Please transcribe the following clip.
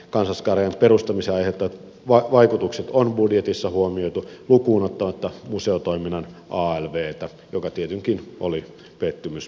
kansallisgallerian perustamisen aiheuttamat vaikutukset on budjetissa huomioitu lukuun ottamatta museotoiminnan alvtä joka tietenkin oli pettymys meille